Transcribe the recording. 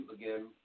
again